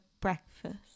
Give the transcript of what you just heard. breakfast